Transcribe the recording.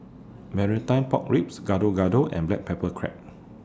Marmite Pork Ribs Gado Gado and Black Pepper Crab